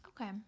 Okay